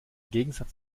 gegensatz